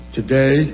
today